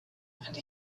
and